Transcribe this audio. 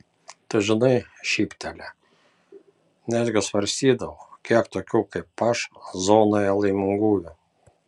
tu žinai šyptelėjo netgi svarstydavau kiek tokių kaip aš zonoje laimingųjų